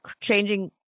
changing